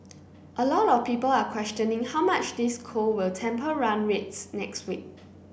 a lot of people are questioning how much this cold will temper run rates next week